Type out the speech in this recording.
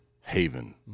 haven